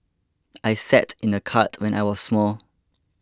I sat in a cart when I was small